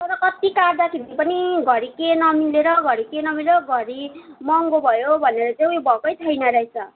तर कति काट्दाखेरि पनि घरी के नमिलेर घरी के नमिलेर घरी महँगो भयो भनेर चाहिँ उयो भएकै छैन रहेछ